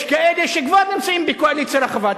יש כאלה שכבר נמצאים בקואליציה רחבה,